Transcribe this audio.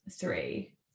three